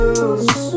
use